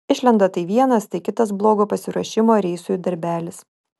išlenda tai vienas tai kitas blogo pasiruošimo reisui darbelis